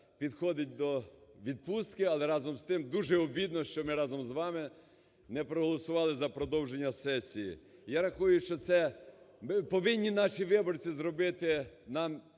підходить до відпустки, але, разом з тим, дуже обідно, що ми разом з вами не проголосували за продовження сесії. Я рахую, що це повинні наші виборці зробити нам